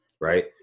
Right